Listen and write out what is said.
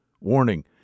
Warning